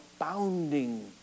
abounding